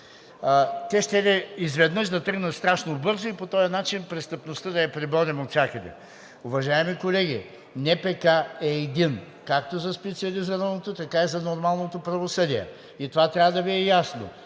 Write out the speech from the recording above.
те щели изведнъж да тръгнат страшно бързо и по този начин престъпността да я преборим отвсякъде. Уважаеми колеги, НПК е един както за специализираното, така и за нормалното правосъдие. И трябва да Ви е ясно,